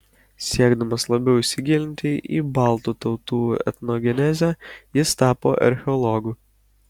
siekdamas labiau įsigilinti į baltų tautų etnogenezę jis tapo archeologu